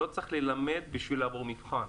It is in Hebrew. לא צריך ללמד בשביל לעבור בחינה,